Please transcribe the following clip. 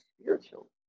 spiritual